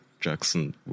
jackson